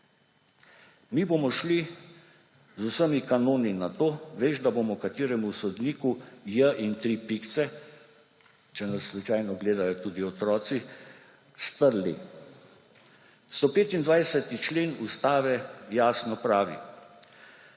»Mi bomo šli z vsemi kanoni na to, veš, da bomo kateremu sodniku j …«− če nas slučajno gledajo tudi otroci − »strli.« 125. člen Ustave jasno pravi: